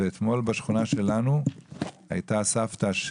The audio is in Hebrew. ואתמול בשכונה שלנו הייתה סבתא,